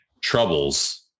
Troubles